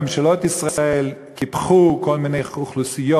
ממשלות ישראל קיפחו כל מיני אוכלוסיות,